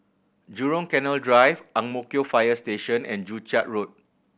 Jurong Canal Drive Ang Mo Kio Fire Station and Joo Chiat Road